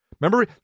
Remember